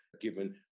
given